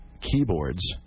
keyboards